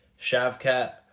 Shavkat